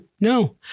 no